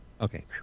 Okay